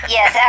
Yes